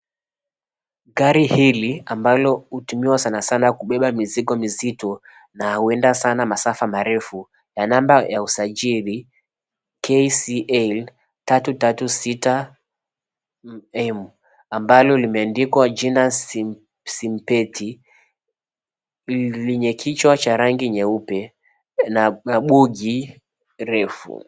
Gari hili ambalo hutumiwa sanasana kubeba mizigo mizito na huenda sana masafa marefu ya naba ya usajili KCL 336 M ambalo limeandikwa jina syntheti, lenye kichwa cha rangi nyeupe na bogi refu.